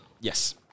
Yes